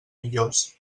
millors